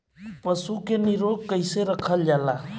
पशु के निरोग कईसे रखल जाला?